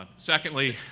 ah secondly,